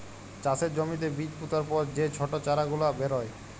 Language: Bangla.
চাষের জ্যমিতে বীজ পুতার পর যে ছট চারা গুলা বেরয়